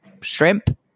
shrimp